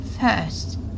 First